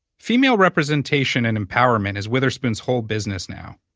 female representation and empowerment is witherspoon's whole business now.